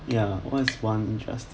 ya what's one injustice